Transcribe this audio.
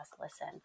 listen